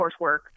coursework